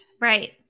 right